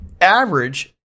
average